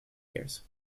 years